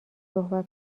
صحبت